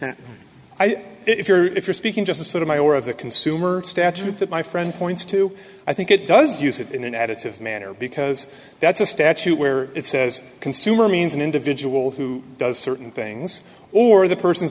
with it if you're if you're speaking just a sort of my or of the consumer statute that my friend points to i think it does use it in an additive manner because that's a statute where it says consumer means an individual who does certain things or the person's